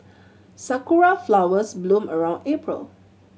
sakura flowers bloom around April